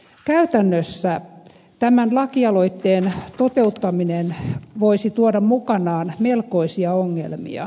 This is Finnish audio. käytännössä tämän lakialoitteen toteuttaminen voisi tuoda mukanaan melkoisia ongelmia